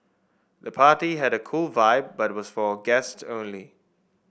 the party had a cool vibe but was for guests only